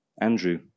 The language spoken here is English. Andrew